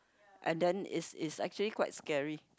and then is is actually quite scary